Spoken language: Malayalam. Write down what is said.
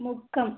മുക്കം